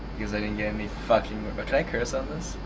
because i didn't get any fucking but but could i curse on this?